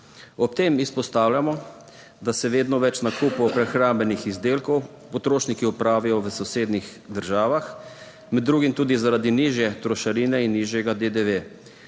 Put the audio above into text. Ob tem izpostavljamo, da se vedno več nakupov prehrambenih izdelkov potrošniki opravijo v sosednjih državah, med drugim tudi zaradi nižje trošarine in nižjega DDV.